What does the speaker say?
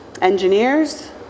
engineers